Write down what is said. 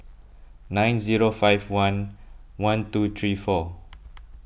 nine zero five one one two three four